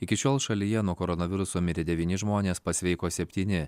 iki šiol šalyje nuo koronaviruso mirė devyni žmonės pasveiko septyni